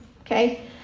Okay